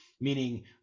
meaning